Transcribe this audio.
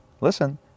listen